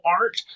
art